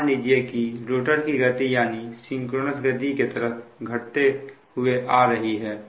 मान लीजिए कि रोटर की गति यानी सिंक्रोनस गति के तरफ घटते हुए आ रही है